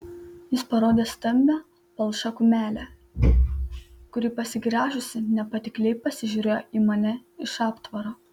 jis parodė stambią palšą kumelę kuri pasigręžusi nepatikliai pasižiūrėjo į mane iš aptvaro